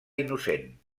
innocent